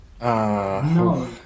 No